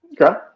Okay